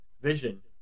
vision